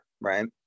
right